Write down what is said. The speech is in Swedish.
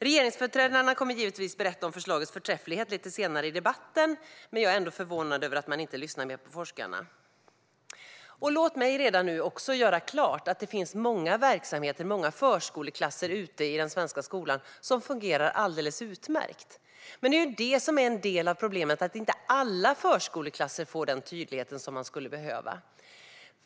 Regeringsföreträdarna kommer givetvis att berätta om förslagets förträfflighet lite senare i debatten, men jag är ändå förvånad över att man inte lyssnar mer på forskarna. Låt mig redan nu också göra klart att det finns många verksamheter, många förskoleklasser, ute i den svenska skolan som fungerar alldeles utmärkt. Men att inte alla förskoleklasser får den tydlighet som de skulle behöva är ju en del av problemet.